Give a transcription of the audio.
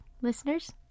listeners